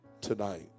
Tonight